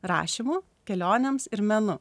rašymu kelionėms ir menu